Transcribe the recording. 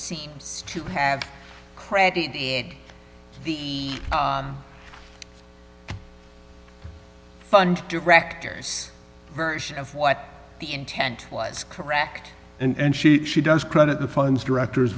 seems to have credited the fund directors version of what the intent was correct and she she does credit the funds director's